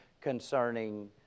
concerning